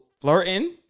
flirting